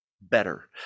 better